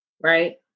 right